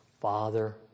Father